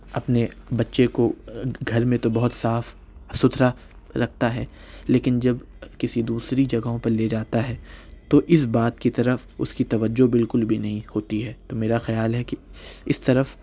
اپنے بچے کو گھر میں تو بہت صاف ستھرا رکھتا ہے لیکن جب کسی دوسری جگہوں پر لے جاتا ہے تو اِس بات کی طرف اُس کی توجہ بالکل بھی نہیں ہوتی ہے تو میرا خیال ہے کہ اِس طرف